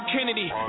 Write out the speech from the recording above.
Kennedy